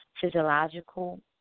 physiological